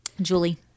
Julie